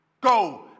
Go